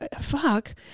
fuck